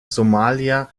somalia